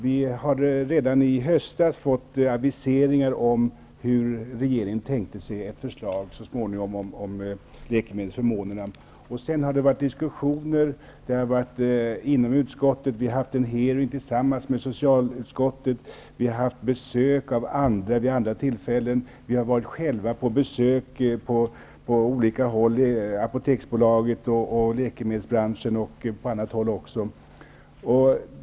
Vi fick redan i höstas aviseringar om hur regeringen tänkte sig ett förslag om läkemedelsförmånerna, och sedan har det varit diskussioner inom utskottet, en hearing tillsammans med socialutskottet, vi har fått besök vid andra tillfällen, och vi har själva gjort besök på olika håll, t.ex. på Apoteksbolaget och hos läkemedelsbranschen.